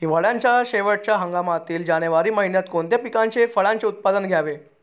हिवाळ्याच्या शेवटच्या हंगामातील जानेवारी महिन्यात कोणत्या पिकाचे, फळांचे उत्पादन घ्यावे?